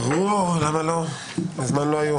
על סעיפים 45-44 בעניין הירושה,